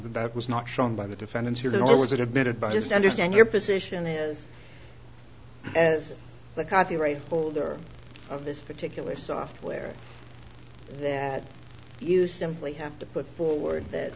that was not shown by the defendants here nor was it admitted by just understand your position is as the copyright holder of this particular software that you simply have to put forward that